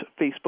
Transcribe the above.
Facebook